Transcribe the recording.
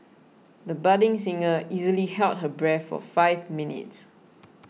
the budding singer easily held her breath for five minutes